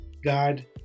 God